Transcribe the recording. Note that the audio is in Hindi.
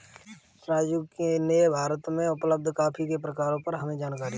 राजू ने भारत में उपलब्ध कॉफी के प्रकारों पर हमें जानकारी दी